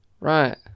Right